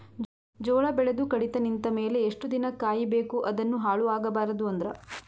ಜೋಳ ಬೆಳೆದು ಕಡಿತ ನಿಂತ ಮೇಲೆ ಎಷ್ಟು ದಿನ ಕಾಯಿ ಬೇಕು ಅದನ್ನು ಹಾಳು ಆಗಬಾರದು ಅಂದ್ರ?